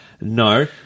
No